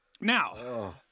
now